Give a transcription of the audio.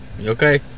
Okay